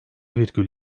virgül